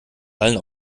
allen